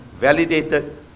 validated